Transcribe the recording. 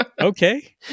Okay